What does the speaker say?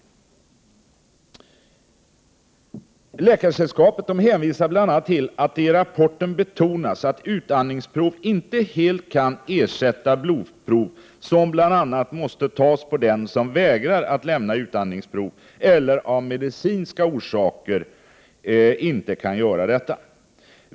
Svenska läkaresällskapet hänvisar bl.a. till att det i rapporten betonas att utandningsprov inte helt kan ersätta blodprov, som måste tas bl.a. på dem som vägrar att lämna utandningsprov eller som av medicinska orsaker inte kan vara med om detta.